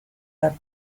love